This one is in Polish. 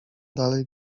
dalej